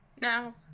Now